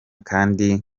kandi